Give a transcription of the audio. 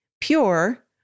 pure